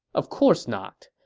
of course not.